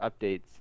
updates